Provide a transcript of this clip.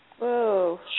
Whoa